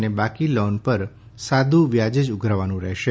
અને બાકી લોન પર સાદું વ્યાજ જ ઉધારવાનું રહેશે